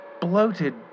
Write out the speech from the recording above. bloated